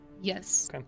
Yes